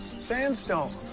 sandstone.